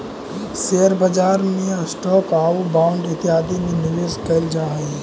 share बाजार में stock आउ बांड इत्यादि में निवेश कैल जा हई